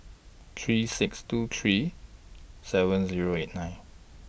three six two three seven Zero eight nine